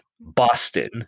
Boston